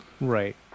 Right